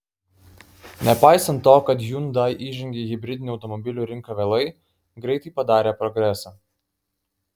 nepaisant to kad hyundai įžengė į hibridinių automobilių rinką vėlai greitai padarė progresą